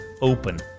Open